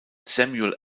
samuel